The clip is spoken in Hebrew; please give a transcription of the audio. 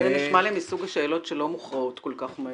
זה נשמע לי מסוג השאלות שלא מוכרעות כל כך מהר.